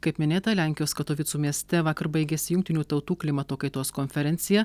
kaip minėta lenkijos katovicų mieste vakar baigėsi jungtinių tautų klimato kaitos konferencija